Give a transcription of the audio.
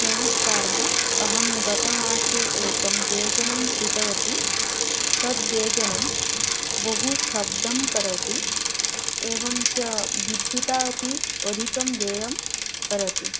नमस्कारः अहं गतमासे एकं व्यजनं क्रीतवती तद् व्यजनं बहुशब्दं करोति एवञ्च विद्युतः अपि अधिकं व्ययं करोति